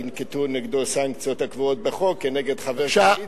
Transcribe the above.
ינקטו נגדו סנקציות הקבועות בחוק נגד חבר קואליציה,